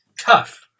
tough